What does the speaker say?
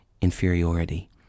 inferiority